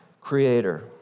creator